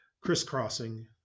crisscrossing